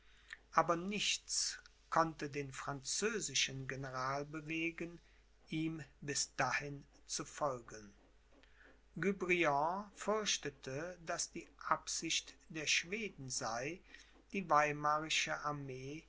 aber nichts konnte den französischen general bewegen ihm bis dahin zu folgen guebriant fürchtete daß die absicht der schweden sei die weimarische armee